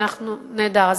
אני אצטרף, נהדר.